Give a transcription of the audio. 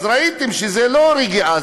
אז ראיתם שזו לא רגיעה,